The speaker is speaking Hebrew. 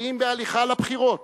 כי אם בהליכה לבחירות.